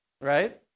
Right